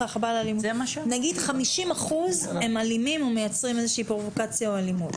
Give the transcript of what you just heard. נניח ש-50% הם אלימים ומייצרים איזושהי פרובוקציה או אלימות,